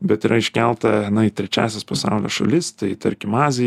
bet yra iškelta į trečiąsias pasaulio šalis tai tarkim aziją